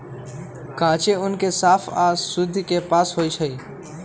कांचे ऊन के साफ आऽ शुद्धि से पास होइ छइ